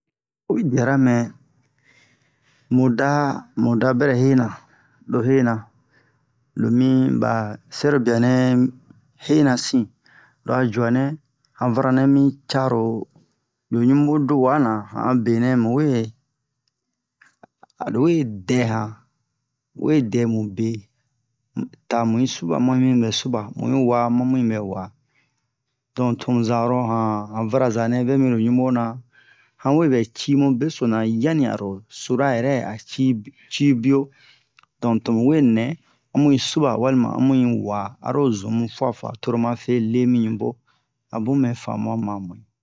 oyi diara mɛ muda muda bɛrɛ hena lo hena lo mi ba sɛrobia nɛ hena sin lo a juanɛ han fara nɛ mi caro lo ɲubo do'uwa na han a benɛ mu we a lo we dɛ han lo we dɛmu be ta mu yi suba ma mu yibɛ suba mu yi wa ma mu yibɛ wa don tomu zan oro han han vara za nɛ vɛ miro ɲubo na han we vɛ ci mu beso na yani aro sura yɛrɛ a ci be a ci bio don tomu we nɛ a mu yi suba walima a mu yi wa aro zun mu fua fua toro ma fe le mi ɲubo a bun mɛ famu'a ma mu